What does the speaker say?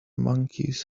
monkeys